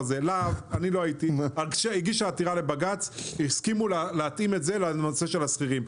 לה"ב הגישה עתירה לבג"ץ והסכימו להתאים את זה לנושא השכירים.